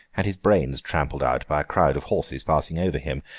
had his brains trampled out by a crowd of horses passing over him.